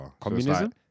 Communism